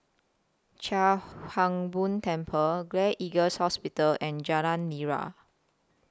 Chia Hung Boo Temple Gleneagles Hospital and Jalan Nira